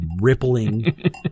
rippling